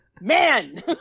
Man